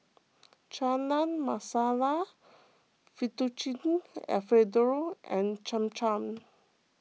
Chana Masala Fettuccine Alfredo and Cham Cham